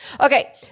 Okay